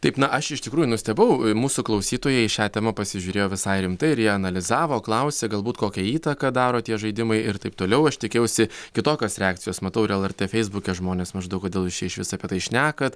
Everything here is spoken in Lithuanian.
taip na aš iš tikrųjų nustebau mūsų klausytojai į šią temą pasižiūrėjo visai rimtai ir jie analizavo klausė galbūt kokią įtaką daro tie žaidimai ir taip toliau aš tikėjausi kitokios reakcijos matau ir lrt feisbuke žmonės maždaug kodėl jūs čia išvis apie tai šnekat